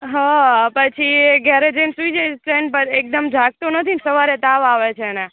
હં પછી એ ઘરે જઈને સૂઇ જાય છે એન પછી એકદમ જાગતો નથી ને સવારે તાવ આવે છે એને